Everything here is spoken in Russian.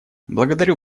благодарю